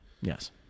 Yes